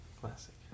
Classic